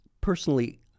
personally